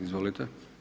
Izvolite.